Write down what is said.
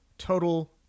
total